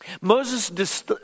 Moses